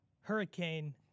hurricane